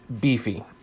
beefy